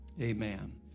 Amen